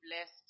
blessed